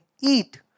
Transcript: eat